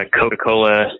Coca-Cola